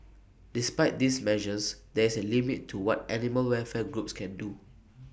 despite these measures there is A limit to what animal welfare groups can do